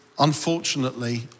Unfortunately